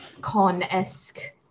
con-esque